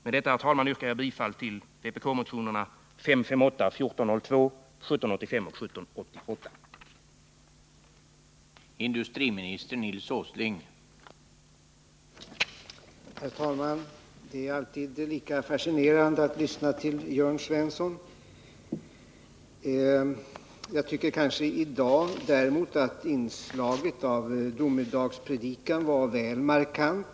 Med detta, herr talman, yrkar jag bifall till vpk-motionerna 558, 1402, 1785 och 1788.